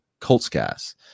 COLTSGAS